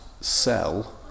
sell